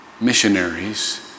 missionaries